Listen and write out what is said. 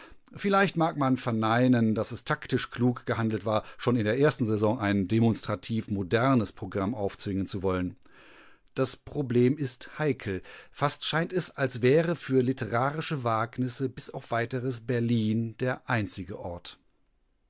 vielleicht mag man verneinen daß es taktisch klug gehandelt war schon in der ersten saison ein demonstrativ modernes programm aufzwingen zu wollen das problem ist heikel fast scheint es als wäre für litterarische wagnisse bis auf weiteres berlin der einzige ort